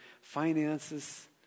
Finances